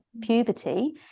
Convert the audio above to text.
puberty